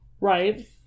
Right